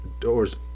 doors